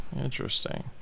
Interesting